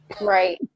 Right